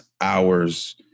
hours